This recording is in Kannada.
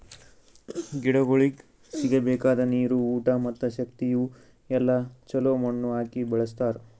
ಗಿಡಗೊಳಿಗ್ ಸಿಗಬೇಕಾದ ನೀರು, ಊಟ ಮತ್ತ ಶಕ್ತಿ ಇವು ಎಲ್ಲಾ ಛಲೋ ಮಣ್ಣು ಹಾಕಿ ಬೆಳಸ್ತಾರ್